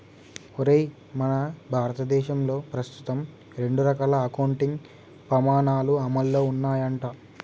ఒరేయ్ మన భారతదేశంలో ప్రస్తుతం రెండు రకాల అకౌంటింగ్ పమాణాలు అమల్లో ఉన్నాయంట